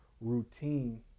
routine